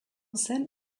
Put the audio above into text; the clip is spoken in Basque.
zen